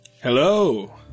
Hello